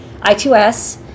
I2S